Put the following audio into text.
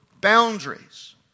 boundaries